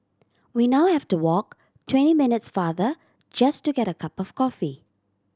we now have to walk twenty minutes farther just to get a cup of coffee